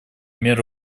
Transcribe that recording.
мер